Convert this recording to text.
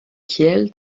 kiel